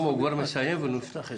שלמה, הוא כבר מסיים ונפתח את זה.